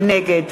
נגד